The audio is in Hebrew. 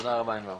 תודה רבה ענבר.